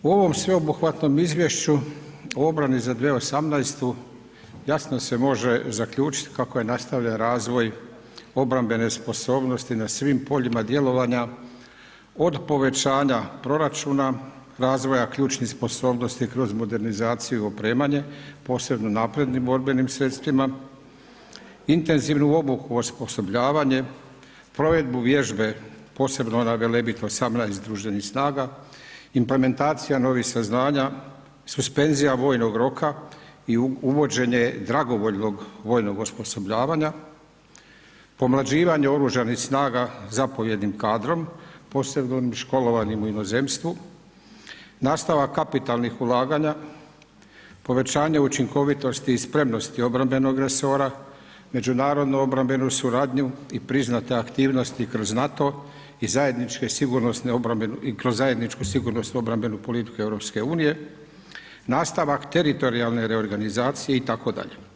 U ovom sveobuhvatnom izvješću u obrani za 2018. jasno se može zaključiti kako je nastavljen razvoj obrambene sposobnosti na svim poljima djelovanja od povećanja proračuna, razvoja ključnih sposobnosti kroz modernizaciju i opremanje, posebno naprednim borbenim sredstvima, intenzivnu obuku, osposobljavanje, provedbu vježbe posebno ona Velebit 18 združenih snaga, implementacija novih saznanja, suspenzija vojnog roka i uvođenje dragovoljnog vojnog osposobljavanja, pomlađivanje Oružanih snaga zapovjednim kadrom, posebno onim školovanim u inozemstvu, nastavak kapitalnih ulaganja, povećanje učinkovitosti i spremnosti obrambenog resora, međunarodno obrambenu suradnju i priznate aktivnosti kroz NATO i zajedničke sigurnosne obrambene i kroz zajedničku sigurnosnu obrambenu politiku EU, nastavak teritorijalne reorganizacije itd.